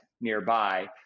nearby